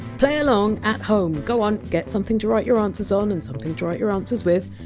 play along at home. go on, get something to write your answers on and something to write your answers with.